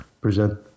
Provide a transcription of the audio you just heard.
present